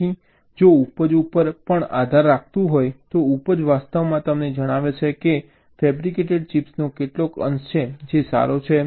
તેથી જો ઉપજ ઉપર પણ આધાર રાખે છે તો ઉપજ વાસ્તવમાં તમને જણાવે છે કે ફેબ્રિકેટેડ ચીપ્સનો કેટલો અંશ છે જે સારો છે